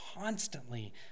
constantly